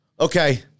okay